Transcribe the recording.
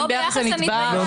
כן ביחס לנתבע שהורשע.